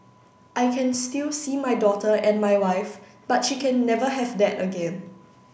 I can still see my daughter and my wife but she can never have that again